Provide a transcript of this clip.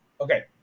okay